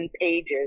pages